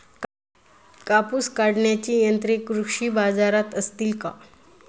कापूस काढण्याची यंत्रे कृषी बाजारात असतील का?